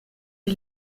die